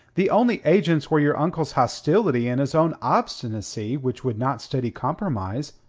the only agents were your uncle's hostility and his own obstinacy which would not study compromise.